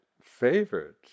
favorite